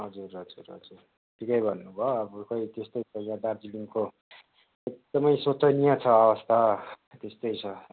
हजुर हजुर हजुर ठिकै भन्नु भ खै अब त्यस्तै छ यहाँ दार्जिलिङको एकदमै सोचनीय छ अवस्था त्यस्तै छ